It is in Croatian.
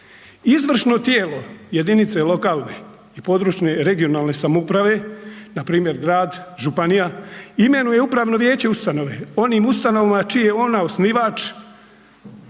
Izvršno tijelo jedinice lokalne i područne (regionalne) samouprave, npr. grad, županija imenuje upravno vijeće ustanove onim ustanovama čiji je ona osnivač.